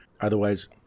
Otherwise